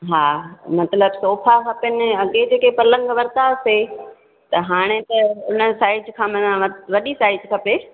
हा मतलबु सोफा खपेनि अॻे जेके पलंग वरितासीं त हाणे त हुन साइज खां माना वॾी साइज खपे